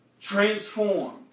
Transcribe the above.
Transformed